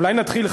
אולי נתחיל,